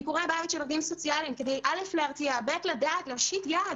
ביקורי בית של עובדים סוציאליים כדי להרתיע ולהושיט יד,